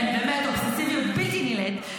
כן, באמת באובססיביות בלתי נלאית.